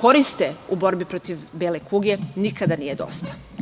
koriste u borbi protiv bele kuge, nikada nije dosta.Za